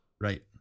right